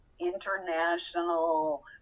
International